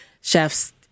chefs